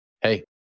hey